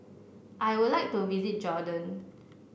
I would like to visit Jordan